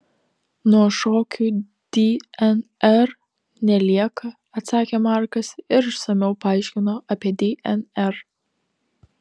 nuo šokių dnr nelieka atsakė markas ir išsamiau paaiškino apie dnr